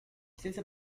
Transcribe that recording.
senza